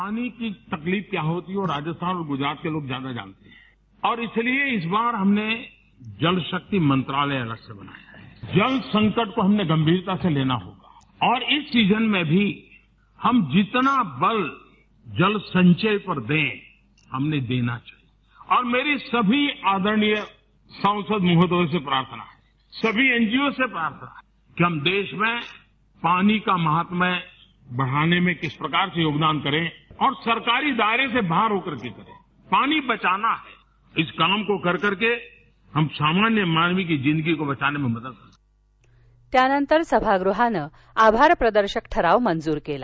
पानी की तकलिफ क्या होती है ये राजस्थान और गुजरात के लोग जादा जानते हैं और इसलिए इस बार हमनें जलशक्ती मंत्रालय अलग से बनाया हैं जल संकट को हमे गभिरता से लेना पडेगा और इस सिझन में भी हम जितना बल जलसंचय पर दे हमने देना चाहिए और मेरी सभी आदरणीय संसदोसे प्रार्थना हैं सभी एनजीओ से प्रार्थना हैं की हम देश में पानी का महात्म्य बढाने में कीस प्रकार का योगदान करें औ र सरकारी दायरे सें बाहर हो कर के पानी बचामा हैं इस काम को करके हम सामान्य मानवी जिंदगी को बचाने में मदर करेंगे त्यानंतर सभागृहानं आभारप्रदर्शक ठराव मंजूर केला